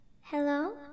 Hello